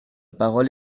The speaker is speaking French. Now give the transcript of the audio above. parole